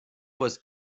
was